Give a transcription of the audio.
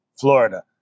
Florida